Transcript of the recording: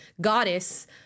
goddess